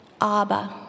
Abba